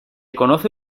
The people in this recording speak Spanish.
conoce